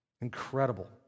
Incredible